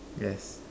yes